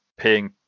paying